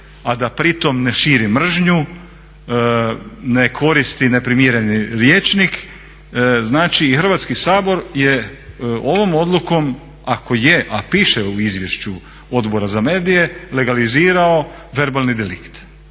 a da pritom ne širi mržnju, ne koristi neprimjereni rječnik. Znači Hrvatski sabor je ovom odlukom, ako je a piše u izvješću Odbora za medije, legalizirao verbalni delikt.